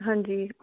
ਹਾਂਜੀ